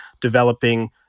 developing